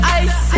ice